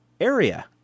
area